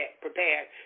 prepared